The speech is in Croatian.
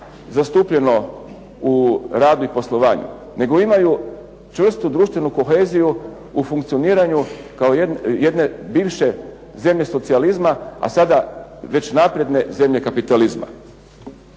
zastupljeno u radu i poslovanju, nego imaju čvrstu društvenu koheziju u funkcioniranju kao jedne bivše zemlje socijalizma, a sada već napredne zemlje kapitalizma.